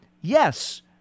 yes